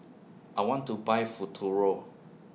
I want to Buy Futuro